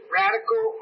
radical